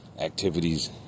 activities